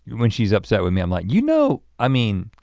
when she's upset with me i'm like you know, i mean,